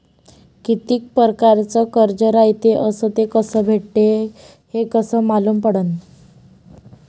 कितीक परकारचं कर्ज रायते अस ते कस भेटते, हे कस मालूम पडनं?